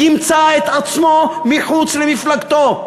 הוא ימצא את עצמו מחוץ למפלגתו,